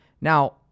Now